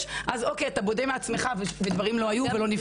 אז אתה בודה מעצמך ודברים לא היו ולא נבראו.